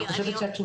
אני לא שואלת.